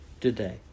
today